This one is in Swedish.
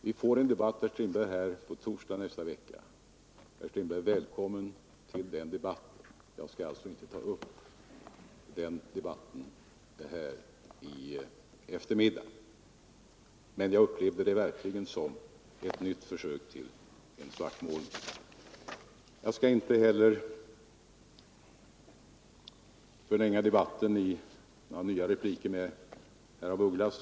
Vi får en debatt om den på torsdag i nästa vecka. Herr Strindberg är välkommen till den debatten. Jag skall därför inte ta upp någon diskussion om detta nu i eftermiddag. Men jag vill säga att jag verkligen upplevde herr Strindbergs inlägg som ett nytt försök till svartmålning. Jag skall inte heller förlänga debatten genom några nya repliker till herr af Ugglas.